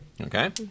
Okay